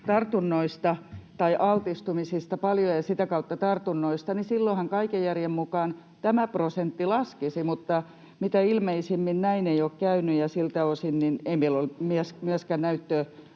tartunnoista tai paljon altistumisista ja sitä kautta tartunnoista, niin silloinhan kaiken järjen mukaan tämä prosentti laskisi, mutta mitä ilmeisimmin näin ei ole käynyt, ja siltä osin ei meillä ole myöskään näyttöä,